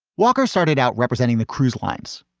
walker started out representing the cruise lines,